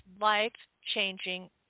life-changing